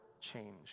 change